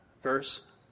verse